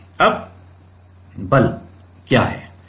अब बल क्या है